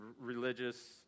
religious